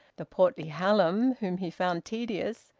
the portly hallam, whom he found tedious,